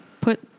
put